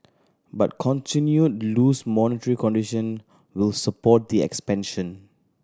but continued loose monetary condition will support the expansion